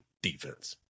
defense